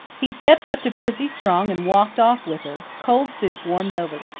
he stepped up to prissy strong and walked off with her. cold soup warmed over.